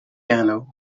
canoe